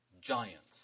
giants